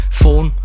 phone